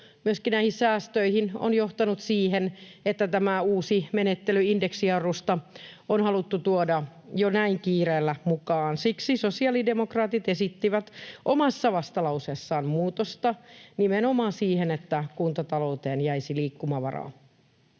myöskin näihin säästöihin on johtanut siihen, että tämä uusi menettely indeksijarrusta on haluttu tuoda jo näin kiireellä mukaan. Siksi sosiaalidemokraatit esittivät omassa vastalauseessaan muutosta nimenomaan siihen, että kuntatalouteen jäisi liikkumavaraa.